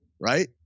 right